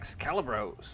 Excalibros